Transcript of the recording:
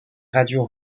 radios